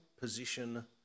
position